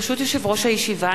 ברשות יושב-ראש הישיבה,